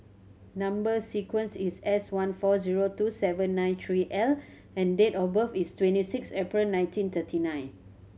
number sequence is S one four zero two seven nine three L and date of birth is twenty six April nineteen thirty nine